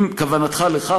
אם כוונתך לכך,